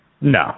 No